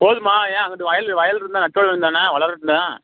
போதுமா ஏன் அங்குட்டு வயல் வயல் இருந்தால் நட்டு விட வேண்டியது தானே வளரட்டும்